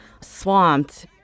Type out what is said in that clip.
swamped